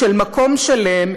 של מקום שלם,